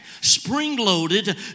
spring-loaded